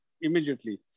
immediately